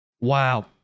wow